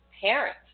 parents